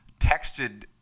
texted